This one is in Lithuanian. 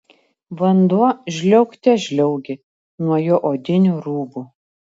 vanduo žliaugte žliaugė nuo jo odinių rūbų